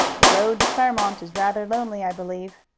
the road to claremont is rather lonely, i believe.